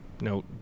no